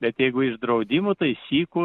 bet jeigu iš draudimų tai sykų